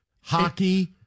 hockey